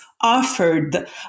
offered